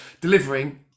delivering